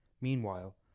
Meanwhile